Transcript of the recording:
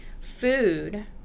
food